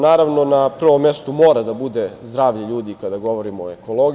Naravno, na prvom mestu mora da bude zdravlje ljudi kada govorimo o ekologiji.